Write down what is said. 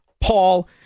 Paul